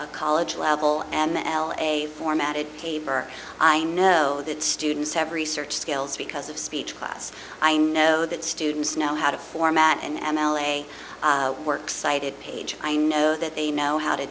a college level and the l a formatted paper i know that students have research skills because of speech class i know that students know how to format an m l a work cited page i know that they know how to